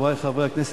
חברי חברי הכנסת,